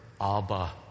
Abba